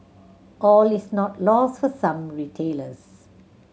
all is not lost for some retailers